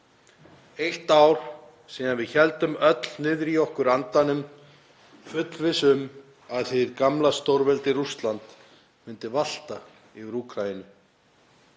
eitt ár síðan við héldum öll niðri í okkur andanum, fullviss um að hið gamla stórveldi, Rússland, myndi valta yfir Úkraínu,